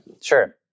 Sure